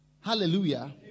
hallelujah